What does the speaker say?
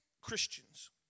Christians